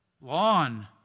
lawn